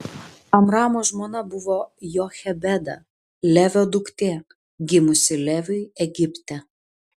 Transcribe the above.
amramo žmona buvo jochebeda levio duktė gimusi leviui egipte